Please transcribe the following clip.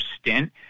stint